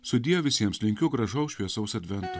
sudie visiems linkiu gražaus šviesaus advento